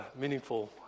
meaningful